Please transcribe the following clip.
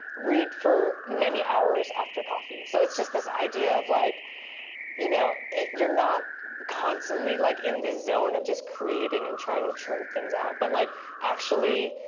read for many hours after coffee. so it's just this idea of, like you know you're not constantly like in the zone of just creating and trying to churn things out, but like actually